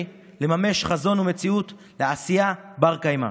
לממש חזון למציאות ולעשייה בר-קיימא.